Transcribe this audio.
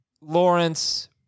Lawrence